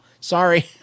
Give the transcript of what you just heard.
Sorry